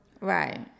Right